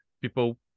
people